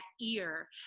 ear